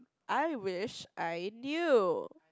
I wish I knew